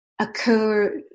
occur